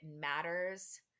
matters